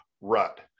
rut